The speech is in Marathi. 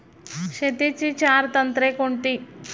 शेतीची चार तंत्रे कोणती?